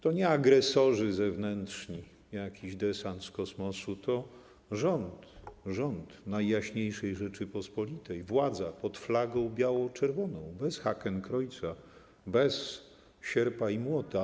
To nie agresorzy zewnętrzni, nie jakiś desant z kosmosu, to rząd, rząd Najjaśniejszej Rzeczypospolitej, władza pod flagą biało-czerwoną - bez hakenkreuza, bez sierpa i młota.